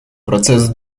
процес